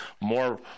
more